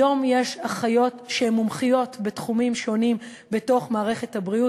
היום יש אחיות שהן מומחיות בתחומים שונים בתוך מערכת הבריאות.